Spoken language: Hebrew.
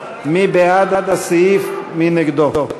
סעיף 23,